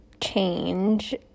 change